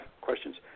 questions